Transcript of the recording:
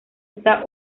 está